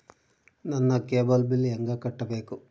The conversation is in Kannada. ನನ್ನ ಕೇಬಲ್ ಬಿಲ್ ಹೆಂಗ ಕಟ್ಟಬೇಕು?